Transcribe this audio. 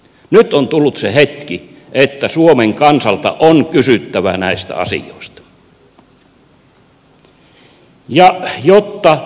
nyt on tullut se hetki että suomen kansalta on kysyttävä näistä asioista